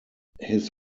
his